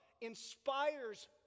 inspires